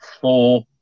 four